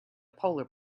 polar